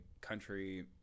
country